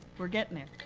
we're getting there.